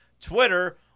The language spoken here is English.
Twitter